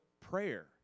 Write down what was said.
prayer